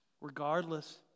Regardless